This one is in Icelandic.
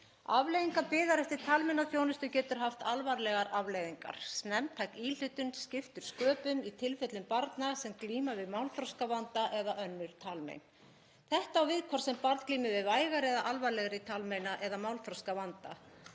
Bið eftir talmeinaþjónustu getur haft alvarlegar afleiðingar. Snemmtæk íhlutun skiptir sköpum í tilfellum barna sem glíma við málþroskavanda eða önnur talmein. Þetta á við hvort sem barn glímir við vægari eða alvarlegri talmeina- eða málþroskavanda.